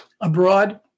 abroad